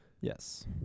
Yes